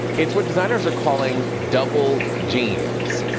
it's what designers are calling double jeans.